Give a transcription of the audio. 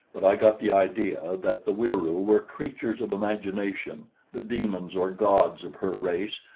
but i got the idea that the wieroo were creatures of imagination the demons or gods of her race,